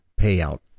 payout